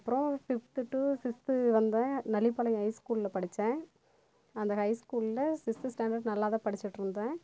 அப்றம் fifth to sixth வந்தேன் நல்லிபாளையம் ஹைஸ்கூலில் படித்தேன் அந்த ஹைஸ்கூலில் சிஸ்த் ஸ்டேண்டர்டு நல்லாதான் படித்துட்டு இருந்தேன்